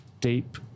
deep